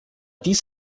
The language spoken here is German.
dies